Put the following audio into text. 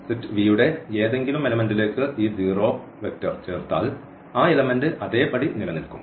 set V യുടെ ഏതെങ്കിലും എലെമെൻറ്ലേക്ക് ഈ 0 ചേർത്താൽ ആ എലെമെന്റ് അതേപടി നിലനിൽക്കും